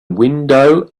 window